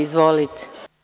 Izvolite.